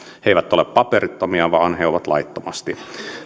he eivät ole paperittomia vaan he ovat laittomasti